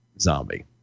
Zombie